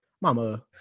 mama